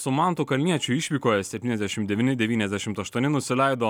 su mantu kalniečiu išvykoje septyniasdešimt devyni devyniasdešimt aštuoni nusileido